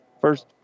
first